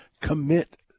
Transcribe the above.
commit